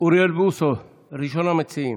אוריאל בוסו, ראשון המציעים.